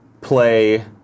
play